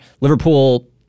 Liverpool